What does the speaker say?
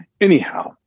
anyhow